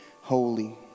holy